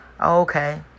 okay